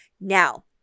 Now